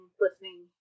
listening